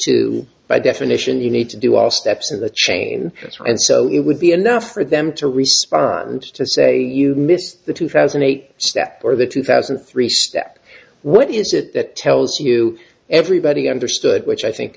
two by definition you need to do all steps in the chain so it would be enough for them to respond to say you missed the two thousand and eight step or the two thousand and three step what is it that tells you everybody understood which i think